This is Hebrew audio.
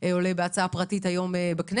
עולה היום בהצעה פרטית בכנסת.